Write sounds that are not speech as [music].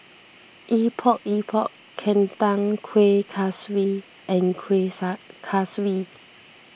Epok Epok Kentang Kuih Kaswi and Kueh [unintelligible] Kaswi